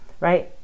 right